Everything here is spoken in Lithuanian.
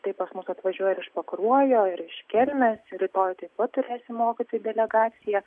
tai pas mus atvažiuoja ir iš pakruojo ir iš kelmės rytoj taip pat turėsim mokytojų delegaciją